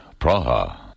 Praha